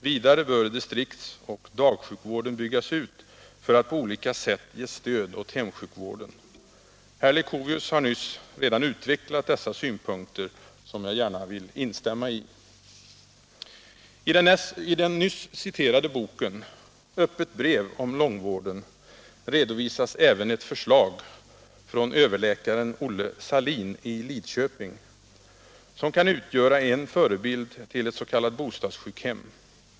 Vidare bör distriktsoch dagsjukvården byggas ut för att på olika sätt ge stöd åt hemsjukvården. Herr Leuchovius har nyss uttalat synpunkter på detta som jag gärna vill instämma i. I den nyss citerade boken Öppet brev om långvården redovisas även ett förslag från överläkaren Olle Sahlin i Lidköping som kan utgöra en förebild för ett s.k. bostadssjukhem.